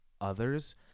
others